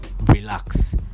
relax